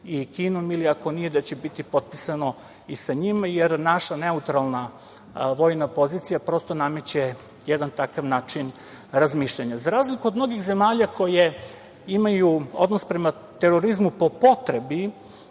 i Kinom, ili ako nije da će biti potpisano i sa njima, jer naša neutralna vojna pozicija prosto nameće jedan takav način razmišljanja.Za razliku od mnogih zemalja koje imaju odnos prema terorizmu po potrebi